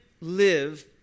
live